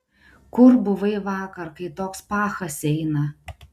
kur buvai vakar kai toks pachas eina